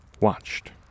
watched